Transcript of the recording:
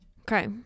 Okay